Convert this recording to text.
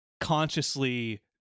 consciously